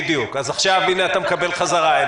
בדיוק, אז עכשיו הנה אתה מקבל חזרה.